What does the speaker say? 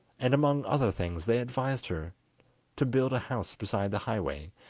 and among other things they advised her to build a house beside the highway,